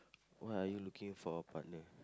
what are you looking for a partner